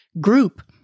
group